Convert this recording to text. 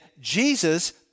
Jesus